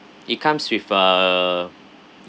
it comes with a